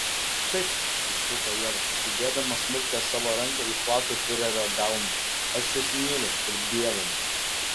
taip sušuko ieva įdėdama smulkią savo ranką į platų fiurerio delną aš jus myliu ir dievinu